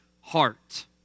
heart